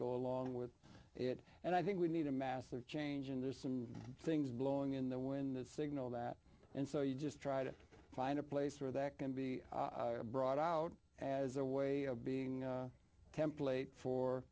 go along with it and i think we need a massive change and there's some things blowing in there when that signal that and so you just try to find a place where that can be brought out as a way of being a template for